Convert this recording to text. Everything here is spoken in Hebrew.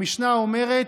המשנה אומרת: